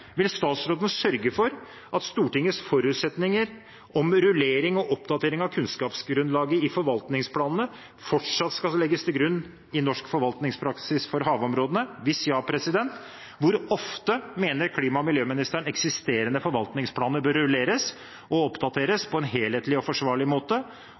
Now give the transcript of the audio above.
Vil statsråden sørge for at Stortingets forutsetninger om rullering og oppdatering av kunnskapsgrunnlaget i forvaltningsplanene fortsatt skal legges til grunn i norsk forvaltningspraksis for havområdene? Hvis «ja»: Hvor ofte mener klima- og miljøministeren eksisterende forvaltningsplaner bør rulleres og oppdateres, på en helhetlig og forsvarlig måte?